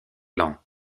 lent